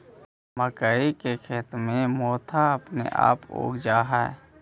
मक्कइ के खेत में मोथा अपने आपे उग जा हई